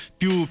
più